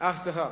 רגב.